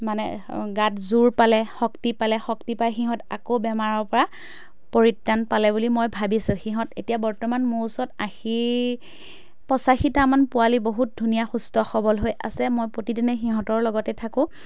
মানে গাত জোৰ পালে শক্তি পালে শক্তি পাই সিহঁত আকৌ বেমাৰৰ পৰা পৰিত্ৰাণ পালে বুলি মই ভাবিছোঁ সিহঁত এতিয়া বৰ্তমান মোৰ ওচৰত আশী পঁচাশীটামান পোৱালি বহুত ধুনীয়া সুস্থ সবল হৈ আছে মই প্ৰতিদিনে সিহঁতৰ লগতে থাকোঁ